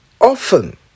often